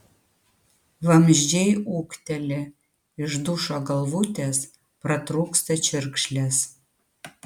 vamzdžiai ūkteli iš dušo galvutės pratrūksta čiurkšlės